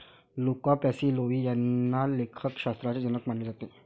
Luca Pacioli यांना लेखाशास्त्राचे जनक मानले जाते